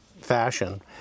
fashion